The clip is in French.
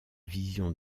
vision